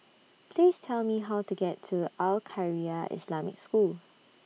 Please Tell Me How to get to Al Khairiah Islamic School